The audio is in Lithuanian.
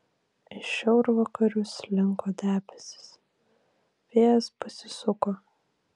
iš šiaurvakarių slinko debesys vėjas pasisuko